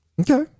Okay